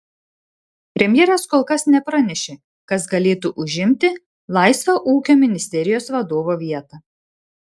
premjeras kol kas nepranešė kas galėtų užimti laisvą ūkio ministerijos vadovo vietą